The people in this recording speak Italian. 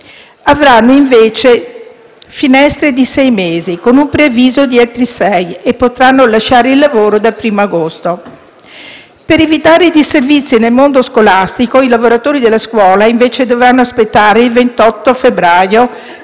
avranno invece finestre di sei mesi, con un preavviso di altri sei, e potranno lasciare il lavoro dal primo agosto. Per evitare disservizi nel mondo scolastico, i lavoratori della scuola, invece, dovranno aspettare il 28 febbraio